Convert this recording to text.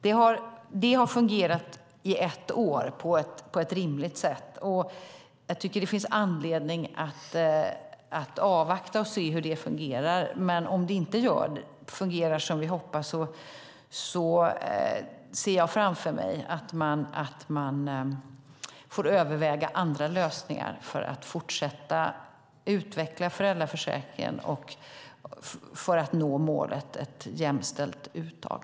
Det har fungerat i ett år på ett rimligt sätt, och det finns anledning att avvakta hur det fungerar. Om det inte fungerar som vi hoppas ser jag framför mig att vi får överväga andra lösningar för att fortsätta utveckla föräldraförsäkringen och för att nå målet om ett jämställt uttag.